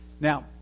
Now